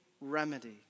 remedy